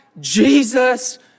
Jesus